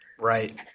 Right